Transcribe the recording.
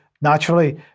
naturally